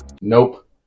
Nope